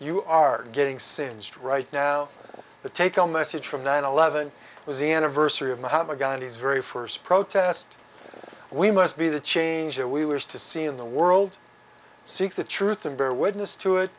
you are getting singed right now the take home message from nine eleven was the anniversary of mahatma gandhi's very first protest we must be the change that we wish to see in the world seek the truth and bear witness to it